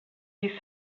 you